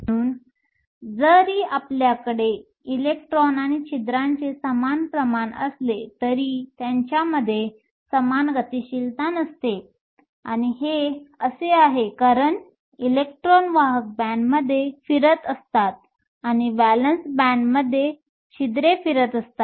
म्हणून जरी आपल्याकडे इलेक्ट्रॉन आणि छिद्रांचे समान प्रमाण असले तरी त्यांच्यात समान गतिशीलता नसते आणि हे असे आहे कारण इलेक्ट्रॉन वाहक बँडमध्ये फिरत असतात आणि व्हॅलेन्स बँडमध्ये छिद्रे फिरत असतात